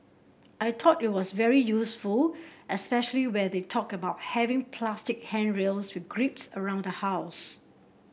I thought it was very useful especially when they talked about having plastic handrails with grips around the house